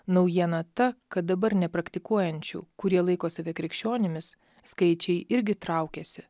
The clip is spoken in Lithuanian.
naujiena ta kad dabar nepraktikuojančių kurie laiko save krikščionimis skaičiai irgi traukiasi